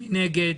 מי נגד?